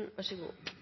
er